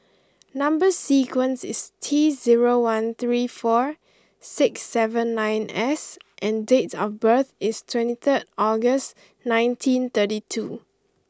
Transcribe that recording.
number sequence is T zero one three four six seven nine S and date of birth is twenty third August nineteen thirty two